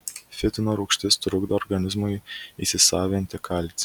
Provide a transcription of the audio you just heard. fitino rūgštis trukdo organizmui įsisavinti kalcį